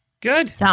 Good